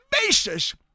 basis